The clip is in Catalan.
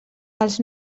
els